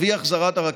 סומן על ידה,